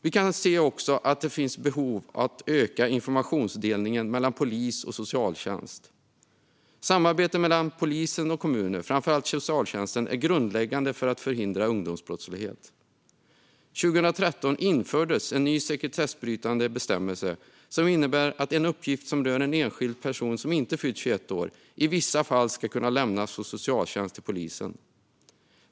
Det finns också ett behov av att öka informationsdelningen mellan polis och socialtjänst. Samarbete mellan polis och kommuner, framför allt socialtjänsten, är grundläggande för att förhindra ungdomsbrottslighet. År 2013 infördes en ny sekretessbrytande bestämmelse som innebär att en uppgift som rör en enskild person som inte fyllt 21 år i vissa fall ska kunna lämnas till socialtjänsten och polisen.